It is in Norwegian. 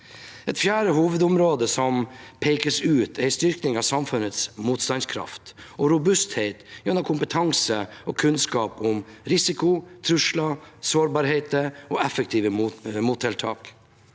Et fjerde hovedområde som pekes ut, er en styrking av samfunnets motstandskraft og robusthet gjennom kompetanse og kunnskap om risiko, trusler, sårbarheter og effektive mottiltak.